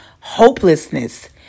hopelessness